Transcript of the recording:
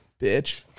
bitch